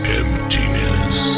emptiness